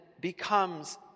becomes